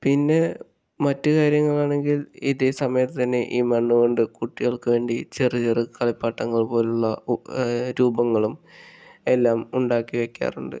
പിന്നെ മറ്റു കാര്യങ്ങൾ ആണെങ്കിൽ ഇതേ സമയത്തു തന്നെ ഈ മണ്ണുകൊണ്ട് കുട്ടികൾക്കു വേണ്ടി ചെറിയ ചെറിയ കളിപ്പാട്ടങ്ങൾ പോലുള്ള രൂപങ്ങളും എല്ലാം ഉണ്ടാക്കി വെയ്ക്കാറുണ്ട്